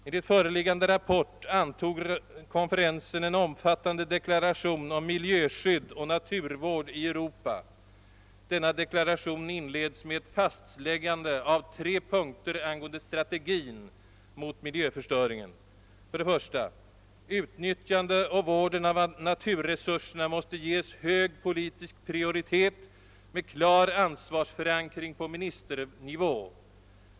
Enligt föreliggande rapport antog konferensen en omfattande deklaration om miljöskydd och naturvård i Europa. Denna deklaration inleds med ett fastläggande av tre punkter angående strategin mot miljöförstöring. För det första måste utnyttjande och vård av naturresurserna ges hög politisk prioritet med klar ansvarsförankring på ministernivå.